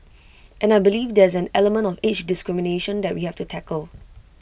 and I believe there's an element of age discrimination that we have to tackle